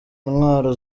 intwaro